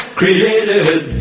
created